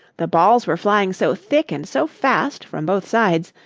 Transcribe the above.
the balls were flying so thick and so fast, from both sides,